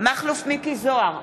מכלוף מיקי זוהר,